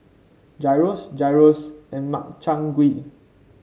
Gyros Gyros and Makchang Gui